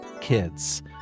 kids